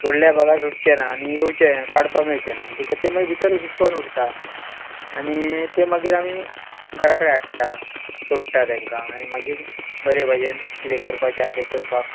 सोडल्या बागार सुटचे ना आनी येवचे काडपाक मेळचेना म्हणटकूत तें मागीर भितर गुसपन उरता आनी तें मागीर आमी घराकडेन हाडटा सोडटा तेंकां आनी मागीर बरे भाजेन किदें करपाचें आहा तें करपाक